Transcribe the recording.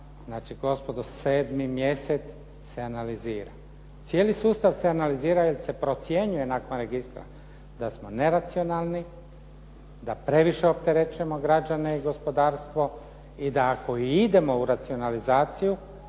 Znači gospodo sedmi mjesec se analizira. Cijeli sustav se analizira jer se procjenjuje nakon registra da smo neracionalni, da previše opterećujemo građane i gospodarstvo i da ako i idemo u racionalizaciju